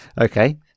Okay